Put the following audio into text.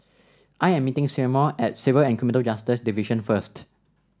I am meeting Seymour at Civil and Criminal Justice Division first